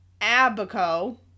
Abaco